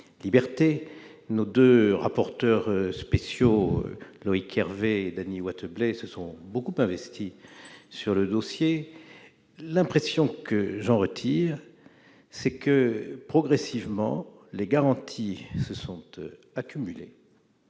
Nos deux rapporteurs spéciaux, Loïc Hervé et Dany Wattebled, se sont beaucoup investis sur le dossier. L'impression que j'en retire, c'est que, progressivement, les garanties se sont accumulées